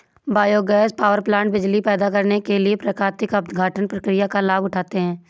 biogas power plant बिजली पैदा करने के लिए प्राकृतिक अपघटन प्रक्रिया का लाभ उठाते हैं